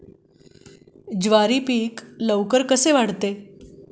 ज्वारी पीक कसे लवकर वाढते?